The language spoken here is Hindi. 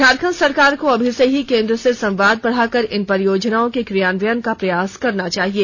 झारखण्ड सरकार को अभी से ही केंद्र से संवाद बढ़ाकर इन परियोजनाओं के क्रियान्वयन का प्रयास करना चाहिये